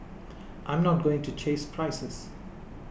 I'm not going to chase prices